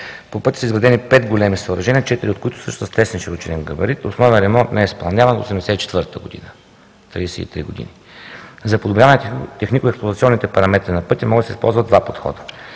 По пътя са изградени пет големи съоръжения, четири от които са с тесен широчинен габарит. Основен ремонт не е изпълняван от 1984 г. – 33 години. За подобряване на технико-експлоатационните параметри на пътя могат да се използват два подхода: